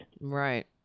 right